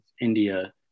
India